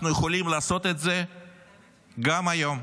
אנחנו יכולים לעשות את זה גם היום.